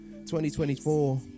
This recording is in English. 2024